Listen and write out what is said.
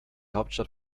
hauptstadt